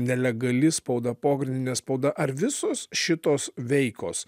nelegali spauda pogrindinė spauda ar visos šitos veikos